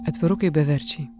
atvirukai beverčiai